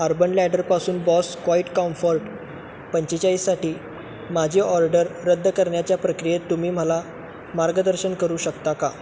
urban लॅडरपासून Bose Quiet Comfort पंचेचाळीससाठी माझे ऑर्डर रद्द करण्याच्या प्रक्रियेत तुम्ही मला मार्गदर्शन करू शकता का